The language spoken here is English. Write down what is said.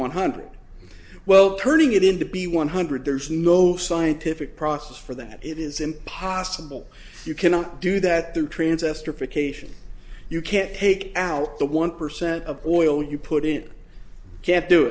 one hundred well turning it into be one hundred there's no scientific process for that it is impossible you cannot do that through transistor for occasion you can't take out the one percent of the oil you put in it can't do